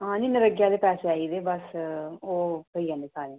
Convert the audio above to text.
हां नेईं मेरे अज्जै आह्ले पैसे आई दे बस ओह् थ्होई जाने सारें गी